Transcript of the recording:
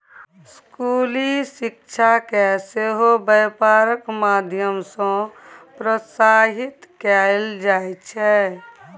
स्कूली शिक्षाकेँ सेहो बेपारक माध्यम सँ प्रोत्साहित कएल जाइत छै